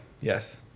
Yes